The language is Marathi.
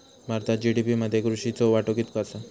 भारतात जी.डी.पी मध्ये कृषीचो वाटो कितको आसा?